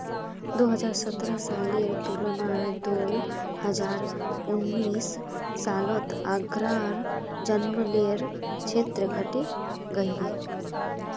दो हज़ार सतरह सालेर तुलनात दो हज़ार उन्नीस सालोत आग्रार जन्ग्लेर क्षेत्र घटे गहिये